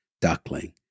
duckling